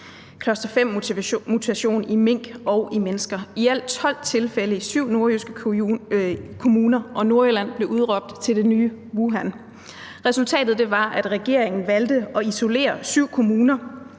cluster-5-mutation i mink og i mennesker. Der var i alt 12 tilfælde i 7 nordjyske kommuner, og Nordjylland blev udråbt til det nye Wuhan. Resultatet var, at regeringen valgte at isolere 7 kommuner